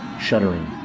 shuddering